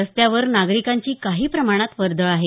रस्त्यावर नागरिकांची काही प्रमाणात वर्दळ आहे